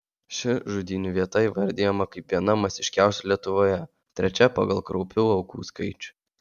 ši žudynių vieta įvardijama kaip viena masiškiausių lietuvoje trečia pagal kraupių aukų skaičių